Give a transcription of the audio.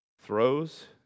throws